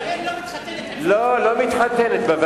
ישראל לא מתחתנת עם פלסטין.